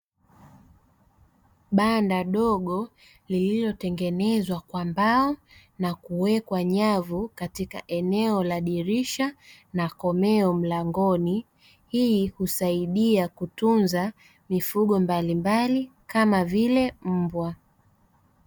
Banda dogo lililotengenezwa kwa mbao na kuwekwa nyavu katika eneo la dirisha na komeo mlangoni. Hii husaidia kutunza mifugo mbalimbali kama vile mbwa.